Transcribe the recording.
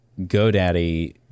GoDaddy